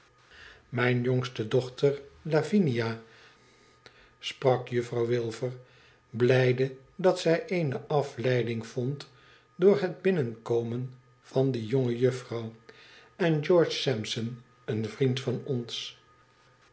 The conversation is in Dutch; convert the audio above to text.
mijne jongste dochter lavinia sprak juffrouw wilfer blijde dat zij eene afleiding vond door het binnenkomen van die jonge juffrouw en george sampson een vriend van ons